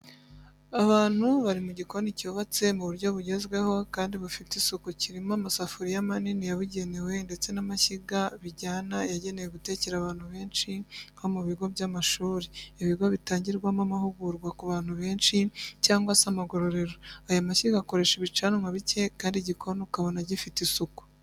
Abantu bari mu gikoni cyubatse mu buryo bugezweho kandi bufite isuku kirimo amasafuriya manini yabugenewe ndetse n'amashyiga bijyana yagenewe gutekera abantu benshi nko mu bigo by'amashuri, ibigo bitangirwamo amahugurwa ku bantu benshi, cyangwa se amagororero, aya mashyiga akoresha ibicanwa bicye kandi igikoni ukabona gifite isuku.